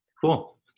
Cool